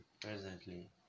presently